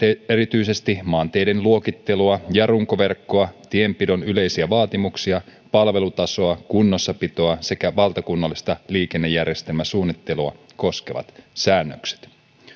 erityisesti maanteiden luokittelua ja runkoverkkoa tienpidon yleisiä vaatimuksia palvelutasoa kunnossapitoa sekä valtakunnallista liikennejärjestelmäsuunnittelua koskevat säännökset